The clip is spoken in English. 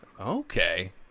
Okay